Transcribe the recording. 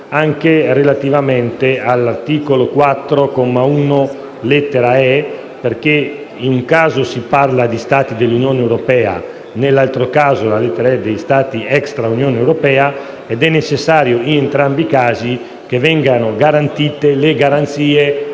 anche relativamente all'articolo 4, comma 1, lettera *e)*, perché in un caso si parla di Stati dell'Unione europea e, nell'altro caso, di Stati extra Unione europea. È necessario in entrambi i casi che vengano assicurate le garanzie per